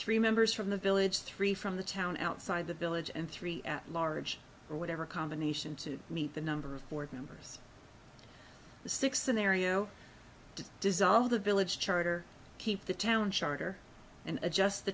three members from the village three from the town outside the village and three at large or whatever combination to meet the number of board members the six scenario to dissolve the village charter keep the town charter and adjust the